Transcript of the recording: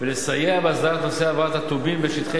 ולסייע בהסדרת נושא העברת הטובין בין שטחי